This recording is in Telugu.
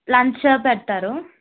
లంచ్ పెడతారు